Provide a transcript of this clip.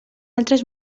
altes